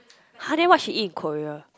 !huh! then what she eat in Korea